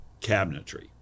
cabinetry